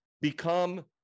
become